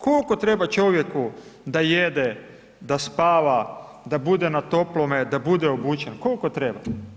Koliko treba čovjeku da jede, da spava, da bude na toplome, da bude obučen, koliko treba?